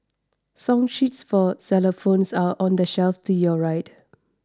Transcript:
song sheets for xylophones are on the shelf to your right